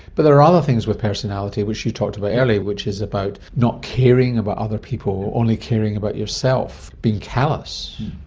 but there are other things with personality which you talked about earlier which is about not caring about other people, only caring about yourself, being callous.